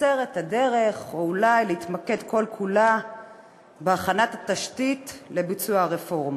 לקצר את הדרך או אולי להתמקד כל כולה בהכנת התשתית לביצוע הרפורמות.